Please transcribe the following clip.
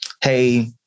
Hey